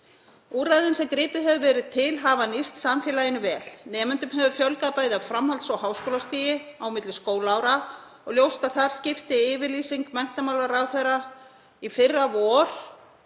Úrræðin sem gripið hefur verið til hafa nýst samfélaginu vel. Nemendum hefur fjölgað bæði á framhalds- og háskólastigi á milli skólaára. Ljóst er að þar skipti yfirlýsing menntamálaráðherra í fyrravor